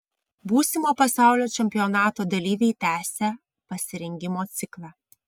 būsimo pasaulio čempionato dalyviai tęsią pasirengimo ciklą